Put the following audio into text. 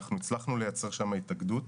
הצלחנו לייצר שם התאגדות.